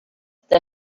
the